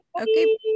Okay